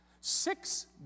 six